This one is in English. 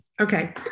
Okay